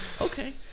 Okay